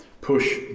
push